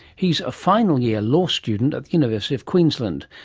he's a final year law student at the university of queensland,